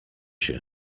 się